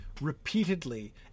repeatedly